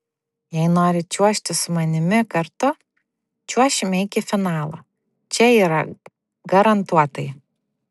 jei nori čiuožti su manimi kartu čiuošime iki finalo čia yra garantuotai